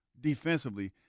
defensively